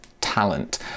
talent